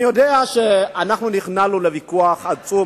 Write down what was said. אני יודע שאנחנו נכנענו לוויכוח עצום.